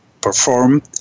perform